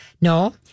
No